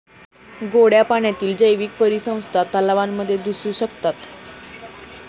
गोड्या पाण्यातील जैवीक परिसंस्था तलावांमध्ये दिसू शकतात